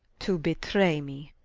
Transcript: to betray me.